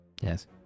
Yes